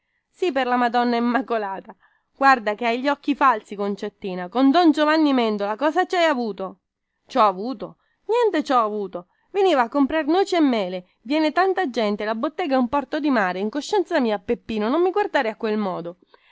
sì per la madonna immacolata guarda che hai gli occhi falsi concettina con don giovanni mendola cosa ci hai avuto ci ho avuto niente ci ho avuto veniva a comprar noci e mele viene tanta gente la bottega è un porto di mare in coscienza mia peppino non mi guardare a quel modo